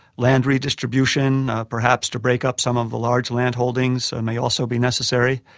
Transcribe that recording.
land redistribution, perhaps to break up some of the large landholdings, and may also be necessary.